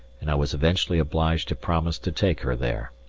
and i was eventually obliged to promise to take her there.